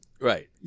Right